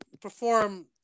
perform